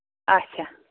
اَچھا